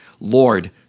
Lord